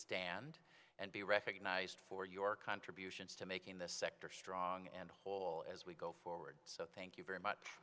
stand and be recognized for your contributions to making this sector strong and whole as we go forward so thank you very much